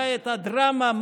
מתי הייתה דרמה?